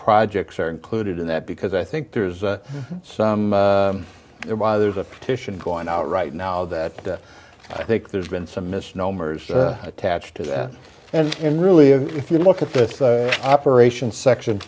projects are included in that because i think there's some there why there's a petition going out right now that i think there's been some misnomers attached to that and really if you look at the operation section